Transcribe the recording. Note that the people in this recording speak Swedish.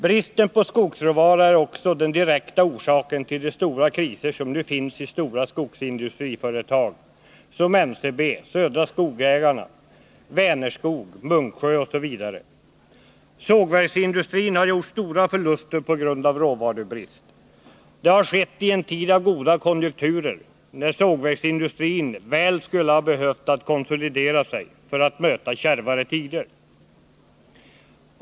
Bristen på skogsråvara är också den direkta orsaken till de stora kriser som nu finns i stora skogsindustriföretag har gjort stora förluster på grund av råvarubrist. Det har skett i en tid av goda konjunkturer, när sågverksindustrin väl skulle ha behövt konsolidera sig för att möta kärvare tider.